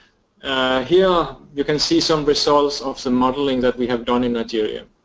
ah here you can see some results of the modeling that we have done in nigeria.